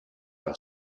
par